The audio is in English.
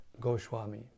Goswami